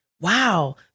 Wow